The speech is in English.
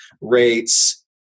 rates